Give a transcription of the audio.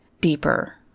deeper